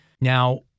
Now